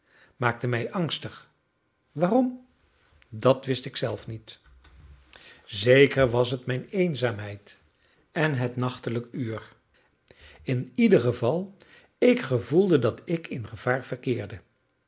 maakte mij angstig waarom dat wist ik zelf niet zeker was het mijn eenzaamheid en het nachtelijk uur in ieder geval ik gevoelde dat ik in gevaar verkeerde